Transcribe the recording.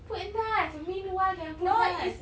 put naz meanwhile can put naz